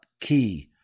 Key